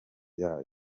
yayo